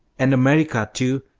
and america, too,